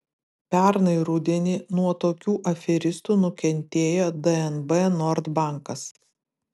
pernai rudenį nuo tokių aferistų nukentėjo dnb nord bankas